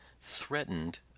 threatened